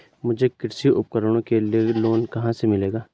मुझे कृषि उपकरणों के लिए लोन कहाँ से मिलेगा?